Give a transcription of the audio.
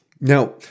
Now